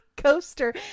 coaster